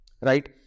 Right